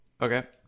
Okay